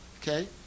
Okay